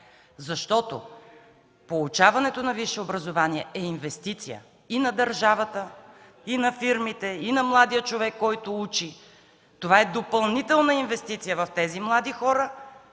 защото получаването на висше образование е инвестиция и на държавата, и на фирмите, и на младия човек, който учи. Това е допълнителна инвестиция в тези млади хора,